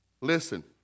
Listen